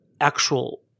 actual